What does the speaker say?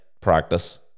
Practice